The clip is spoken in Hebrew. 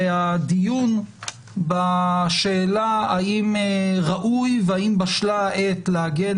והדיון בשאלה האם ראוי והאם בשלה העת לעגן